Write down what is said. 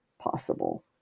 possible